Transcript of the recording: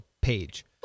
page